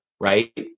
Right